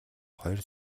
хоёр